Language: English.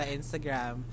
Instagram